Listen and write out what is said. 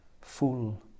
full